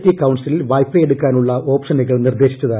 T council വായ്പയെടുക്കാനു്ള്ള ഓപ്ഷനുകൾ നിർദ്ദേശിച്ചത്